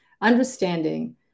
understanding